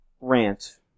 rant